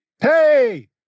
Hey